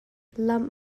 lam